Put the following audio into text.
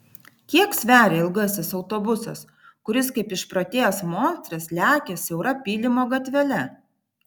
kiek sveria ilgasis autobusas kuris kaip išprotėjęs monstras lekia siaura pylimo gatvele